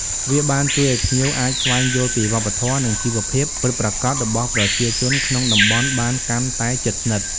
វាបានជួយឲ្យភ្ញៀវអាចស្វែងយល់ពីវប្បធម៌ និងជីវភាពពិតប្រាកដរបស់ប្រជាជនក្នុងតំបន់បានកាន់តែជិតស្និទ្ធ។